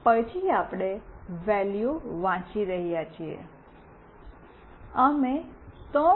પછી આપણે વૅલ્યુ વાંચી રહ્યા છીએ